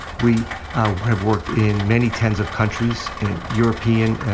we have worked in many tens of countries. in european,